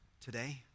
today